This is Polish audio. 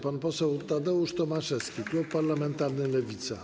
Pan poseł Tadeusz Tomaszewski, klub parlamentarny Lewica.